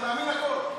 אני מאמין לכול.